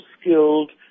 skilled